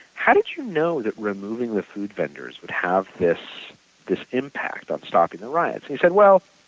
how did you know that removing the food vendors would have this this impact of stopping the riot? he said, well,